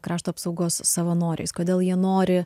krašto apsaugos savanoriais kodėl jie nori